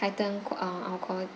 tighten qua~ uh our quali~